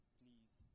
please